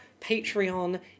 Patreon